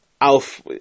Alf